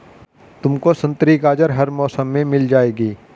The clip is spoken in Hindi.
तुमको संतरी गाजर हर मौसम में मिल जाएगी